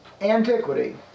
antiquity